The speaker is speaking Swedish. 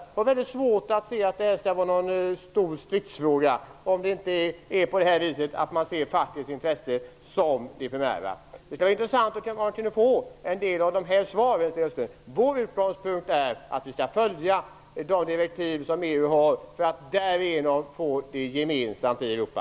Jag har väldigt svårt att se att det skulle vara någon stor stridsfråga, om det inte är på det viset att man ser fackets intressen som det primära. Det skulle vara intressant att få en del av de svaren, Sten Östlund. Vår utgångspunkt är att vi skall följa de direktiv som EU har för att därigenom få en gemensam ordning i Europa.